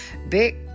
Big